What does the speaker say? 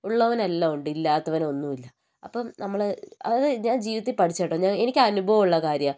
ഉള്ളവനെല്ലാമുണ്ട് ഇല്ലാത്തവന് ഒന്നുമില്ല അപ്പം നമ്മൾ അതായത് ഞാൻ ജീവിതത്തിൽ പഠിച്ചു കേട്ടോ ഞാൻ എനിക്കനുഭവമുള്ള കാര്യമാണ്